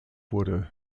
wurde